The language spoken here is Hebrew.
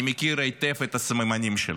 אני מכיר היטב את הסממנים שלה.